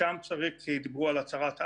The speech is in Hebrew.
דיברו על הצהרת IHRA,